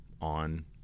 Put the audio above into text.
on